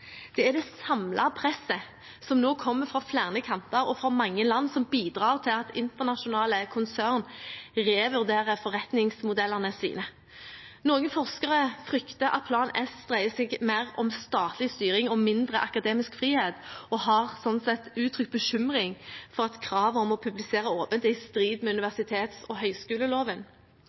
Det er det samlede presset, som nå kommer fra flere kanter og mange land, som bidrar til at internasjonale konsern revurderer forretningsmodellene sine. Noen forskere frykter at Plan S dreier seg om mer statlig styring og mindre akademisk frihet, og har uttrykt bekymring for at kravet om å publisere åpent er i strid med universitets- og høyskoleloven.